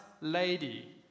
lady